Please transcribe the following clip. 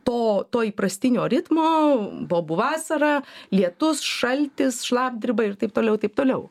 to to įprastinio ritmo bobų vasara lietus šaltis šlapdriba ir taip toliau taip toliau